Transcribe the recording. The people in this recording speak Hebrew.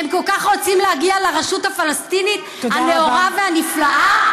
כל כך רוצים להגיע לרשות הפלסטינית הנאורה והנפלאה?